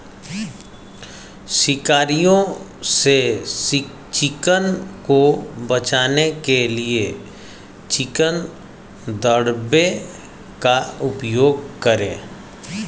शिकारियों से चिकन को बचाने के लिए चिकन दड़बे का उपयोग करें